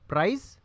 Price